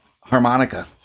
Harmonica